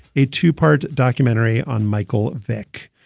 a two part documentary on michael vick.